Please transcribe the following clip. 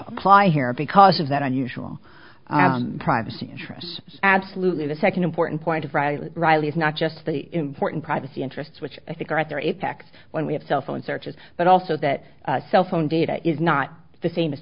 apply here because of that unusual privacy interests absolutely the second important point of writing reilly's not just the important privacy interests which i think are at their apex when we have cell phone searches but also that cell phone data is not the same as